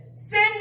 Sin